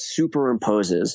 superimposes